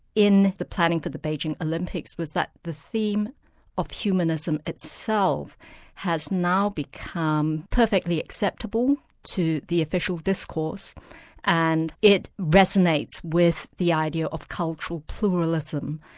in the planning for the beijing olympics was that the theme of humanism itself has now become perfectly acceptable to the official discourse and it resonates with the idea of cultural pluralism,